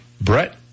Brett